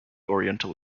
oriental